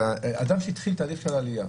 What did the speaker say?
אדם שהתחיל תהליך של עלייה,